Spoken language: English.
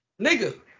Nigga